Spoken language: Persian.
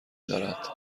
دارد